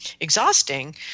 exhausting